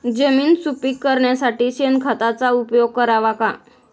जमीन सुपीक करण्यासाठी शेणखताचा उपयोग करावा का?